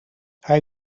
hij